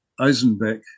Eisenbeck